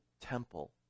temple